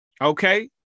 Okay